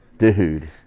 Dude